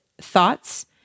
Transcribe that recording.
thoughts